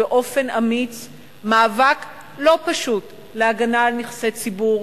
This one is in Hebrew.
באופן אמיץ מאבק לא פשוט להגנה על נכסי ציבור,